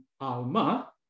Alma